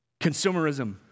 Consumerism